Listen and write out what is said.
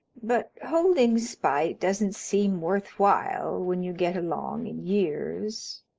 but holding spite doesn't seem worth while when you get along in years.